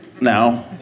now